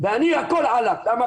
ואני הכול למה?